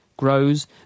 grows